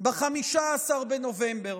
ב-15 בנובמבר.